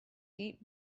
deep